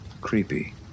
creepy